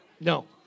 No